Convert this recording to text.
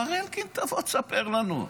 מר אלקין, תבוא, תספר לנו.